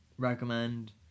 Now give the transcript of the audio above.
recommend